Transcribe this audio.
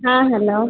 हाँ हलो